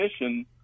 mission